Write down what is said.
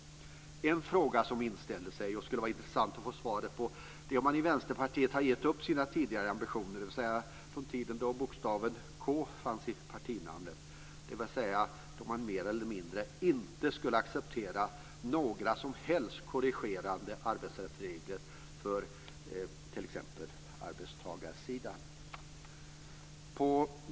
En fråga som inställer sig och som det skulle vara intressant att få svar på är om man i Vänsterpartiet har gett upp sina tidigare ambitioner från den tiden då bokstaven k fanns i partinamnet, dvs. då man mer eller mindre inte skulle acceptera några som helst korrigerade arbetsrättsregler för t.ex. arbetstagarsidan.